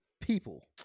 people